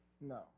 No